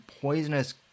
poisonous